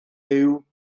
huw